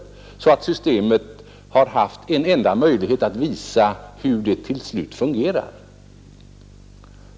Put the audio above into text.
Det har alltså ännu inte haft en reell möjlighet att visa hur det fungerar.